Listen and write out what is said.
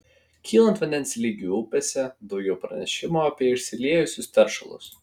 kylant vandens lygiui upėse daugiau pranešimų apie išsiliejusius teršalus